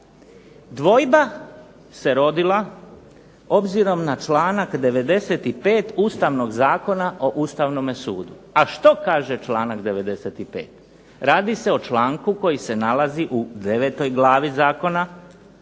Dvojba se rodila obzirom na članak 95. Ustavnog zakona o Ustavnome sudu. A što kaže članak 95.? Radi se o članku koji se nalazi u 9 glavi zakona koja se